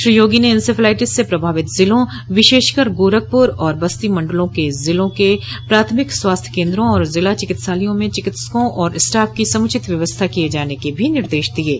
श्री योगी ने इंसेफ्लाइटिस से प्रभावित जिलों विशेषकर गोरखपुर तथा बस्ती मंडलों के जिलों के प्राथमिक स्वास्थ्य केन्द्रों और जिला चिकित्सालयों में चिकित्सकों और स्टाफ की समुचित व्यवस्था किये जाने के भी निर्देश दिये हैं